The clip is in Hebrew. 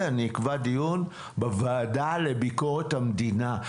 אני אקבע דיון בוועדה לביקורת המדינה.